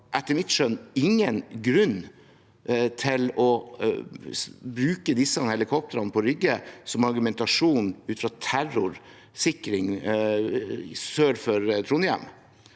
etter mitt skjønn – ingen grunn til å bruke disse helikoptrene på Rygge som argumentasjon for terrorsikring sør for Trondheim.